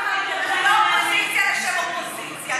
אני לא אופוזיציה לשם אופוזיציה.